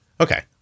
Okay